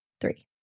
three